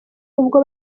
ubwo